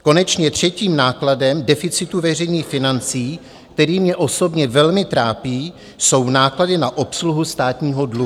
Konečně třetím nákladem deficitu veřejných financí, který mě osobně velmi trápí, jsou náklady na obsluhu státního dluhu.